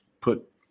put